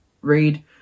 read